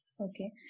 okay